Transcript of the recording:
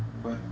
but